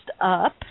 up